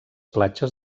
platges